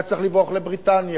היה צריך לברוח לבריטניה.